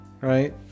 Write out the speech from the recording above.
right